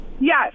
Yes